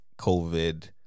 COVID